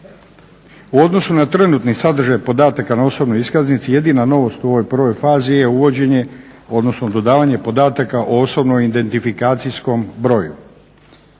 U odnosu na trenutni sadržaj podataka na osobnoj iskaznici jedina novost u ovoj prvoj fazi je uvođenje, odnosno dodavanje podataka o osobnom identifikacijskom broju.